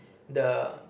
the